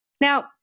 Now